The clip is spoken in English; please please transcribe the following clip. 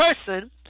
person